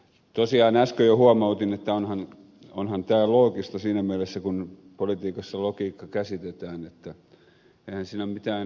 tosiaan äsken jo huomautin että onhan tämä loogista siinä mielessä kuin politiikassa logiikka käsitetään eihän siinä mitään